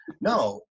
no